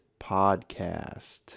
podcast